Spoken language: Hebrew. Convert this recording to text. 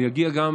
הוא יגיע גם